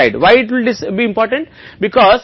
यह महत्वपूर्ण क्यों होगा